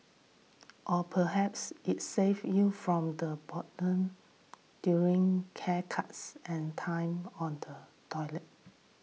or perhaps it saved you from the proton during haircuts and time on the toilet